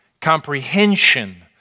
comprehension